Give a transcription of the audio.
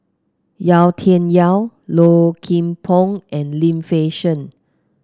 Yau Tian Yau Low Kim Pong and Lim Fei Shen